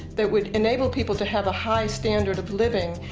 that would enable people to have a high standard of living,